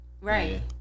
Right